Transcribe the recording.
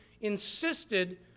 insisted